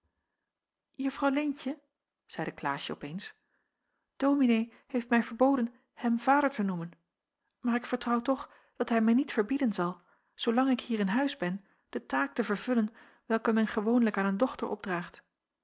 juffrouw leentje zeide klaasje op eens dominee heeft mij verboden hem vader te noemen maar ik vertrouw toch dat hij mij niet verbieden zal zoolang ik hier in huis ben de taak te vervullen welke men gewoonlijk aan een dochter opdraagt